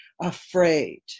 afraid